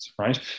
right